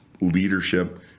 leadership